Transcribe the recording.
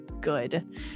good